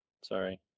sorry